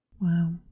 Wow